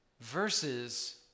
versus